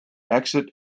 exit